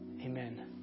Amen